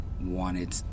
wanted